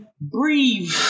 breathe